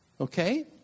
Okay